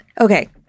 okay